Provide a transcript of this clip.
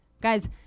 Guys